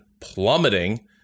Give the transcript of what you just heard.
plummeting